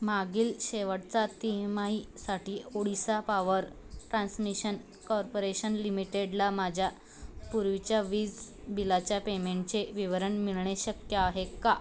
मागील शेवटचा तिमाहीसाठी ओडिसा पावर ट्रान्समिशन कॉर्पोरेशन लिमिटेडला माझ्या पूर्वीच्या वीज बिलाच्या पेमेंटचे विवरण मिळणे शक्य आहे का